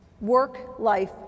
Work-life